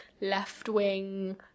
left-wing